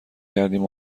کردیم